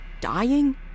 dying